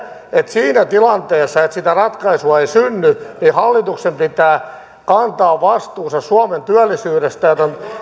että siinä tilanteessa että sitä ratkaisua ei synny hallituksen pitää kantaa vastuunsa suomen työllisyydestä ja